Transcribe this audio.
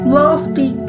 lofty